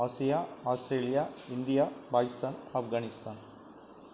Asia Australia India Pakistan Afghanistan